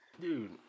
Dude